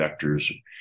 vectors